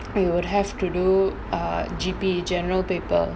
we would have to do err G_P general paper